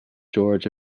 george